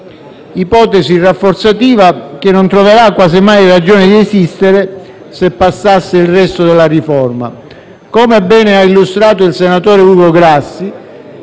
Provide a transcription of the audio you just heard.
ipotesi rafforzativa che non troverà quasi mai ragione di esistere se passasse il resto della riforma. Come ha ben illustrato il senatore Ugo Grassi,